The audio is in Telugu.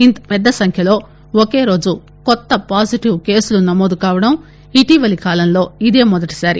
ఇంత పెద్ద సంఖ్యలో ఒకే రోజు కొత్త పాజిటివ్ కేసులు నమోదు కావటం ఇటీవల కాలంలో ఇదే మొదటిసారి